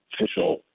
official